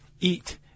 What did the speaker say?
eat